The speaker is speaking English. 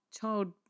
child